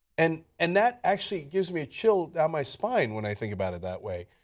and and that actually gives me a chill down my spine, when i think about it that way.